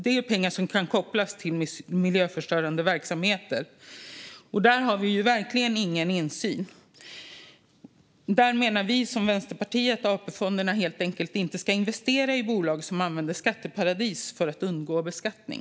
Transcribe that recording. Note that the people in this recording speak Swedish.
Detta är pengar som kan kopplas till miljöförstörande verksamheter, och där har vi verkligen ingen insyn. Vi menar från Vänsterpartiets sida att AP-fonderna helt enkelt inte ska investera i bolag som använder skatteparadis för att undgå beskattning.